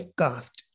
cast